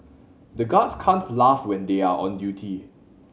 the guards can't laugh when they are on duty